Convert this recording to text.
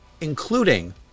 including